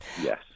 Yes